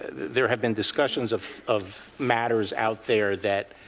there have been discussions of of matters out there that